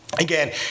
Again